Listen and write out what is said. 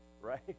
right